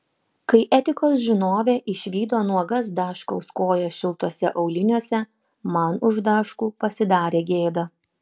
kai etikos žinovė išvydo nuogas daškaus kojas šiltuose auliniuose man už daškų pasidarė gėda